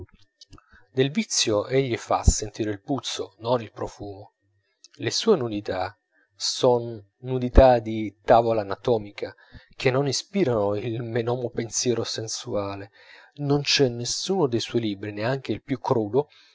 del vizio egli fa sentire il puzzo non il profumo le sue nudità son nudità di tavola anatomica che non ispirano il menomo pensiero sensuale non c'è nessuno dei suoi libri neanche il più crudo